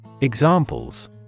Examples